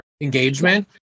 engagement